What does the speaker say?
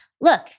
look